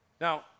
Now